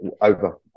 over